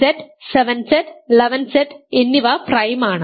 5Z 7Z 11Z എന്നിവ പ്രൈമാണ്